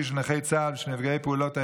של נכי צה"ל ושל נפגעי פעולות האיבה,